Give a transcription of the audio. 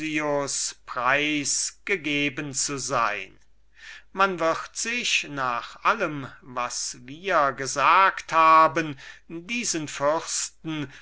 preis gegeben zu sein man wird sich nach allem was wir eben gesagt haben den